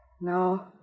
No